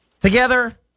Together